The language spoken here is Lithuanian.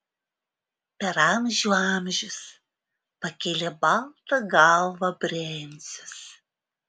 per amžių amžius pakėlė baltą galvą brencius